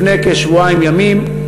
לפני כשבועיים ימים.